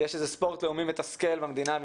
יש איזה ספורט לאומי מתסכל במדינה,